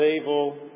evil